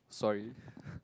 sorry